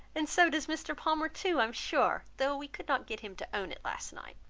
and so does mr. palmer too i am sure, though we could not get him to own it last night.